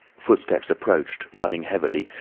footsteps approached, running heavily,